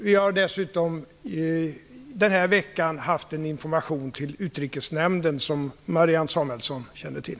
Vi har den här veckan dessutom gett information till utrikesnämnden, vilket Marianne Samuelsson känner till.